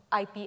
IP